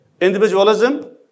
Individualism